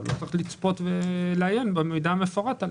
לא צריך לצפות ולעיין במידע המפורט.